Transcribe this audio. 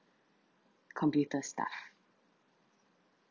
computer stuff